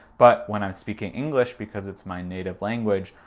but when i'm speaking english, because it's my native language,